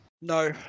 No